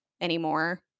anymore